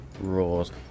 roars